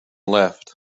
left